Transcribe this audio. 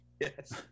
Yes